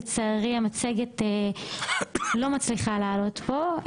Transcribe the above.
לצערי המצגת לא מצליחה לעלות פה,